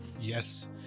Yes